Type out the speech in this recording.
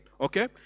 Okay